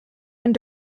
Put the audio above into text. and